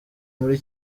muri